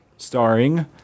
Starring